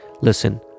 Listen